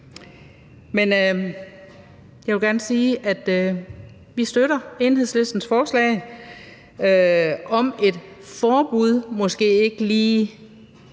men jeg vil gerne sige, at vi støtter Enhedslistens forslag om et forbud. Det er måske ikke lige